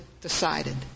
decided